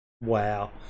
Wow